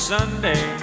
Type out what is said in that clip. Sunday